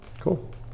Cool